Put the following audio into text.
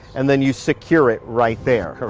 and then you secure it right there.